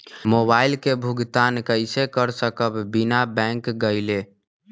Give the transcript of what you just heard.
Mobile के भुगतान कईसे कर सकब बिना बैंक गईले?